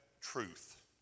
truth